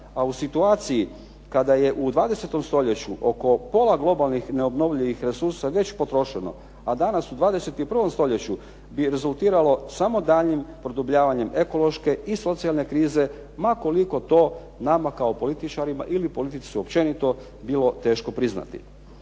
a u situaciji kada je u 20 stoljeću oko pola globalnih, neobnovljivih resursa već potrošeno, a danas u 21. stoljeću bi rezultiralo samo daljnjim produbljavanjem ekološke i socijalne krize ma koliko to nama kao političarima ili politici općenito bilo teško priznati.